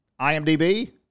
IMDb